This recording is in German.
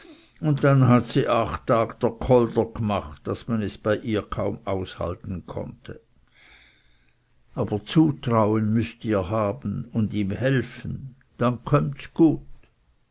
und dann hat sie acht tage dr kolder gmacht daß man es bei ihr kaum aushalten konnte aber zutrauen müsset ihr haben und ihm helfen dann kömmts gut